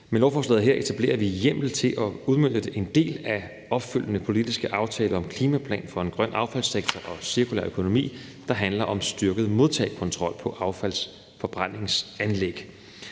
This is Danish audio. Med lovforslaget her etablerer vi hjemmel til at udmønte en del af den opfølgende politiske aftale »Klimaplan for en grøn affaldssektor og cirkulær økonomi«, der handler om styrket modtagekontrol på affaldsforbrændingsanlæg.